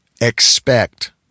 expect